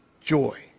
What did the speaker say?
joy